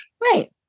Right